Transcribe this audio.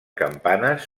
campanes